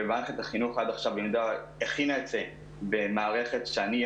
ומערכת החינוך עד עכשיו הכינה את זה במערכת שאני אהיה